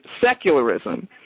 secularism